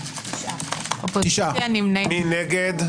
מי נגד?